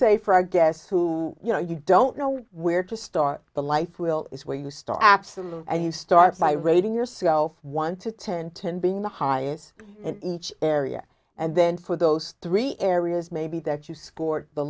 say for our guests who you know you don't know where to start the life will is where you start absolute and you start by reading yourself one to ten ten being the highest in each area and then for those three areas maybe that you scored